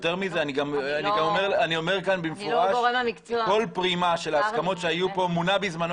שאינו חבר הוועד המקומי, שתמנה